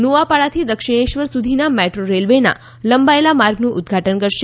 નોઆપાડાથી દક્ષિણેશ્વર સુધીના મેટ્રો રેલ્વેના લંબાયેલા માર્ગનું ઉદઘાટન કરશે